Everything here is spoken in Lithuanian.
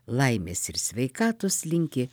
laimės ir sveikatos linki